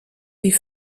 die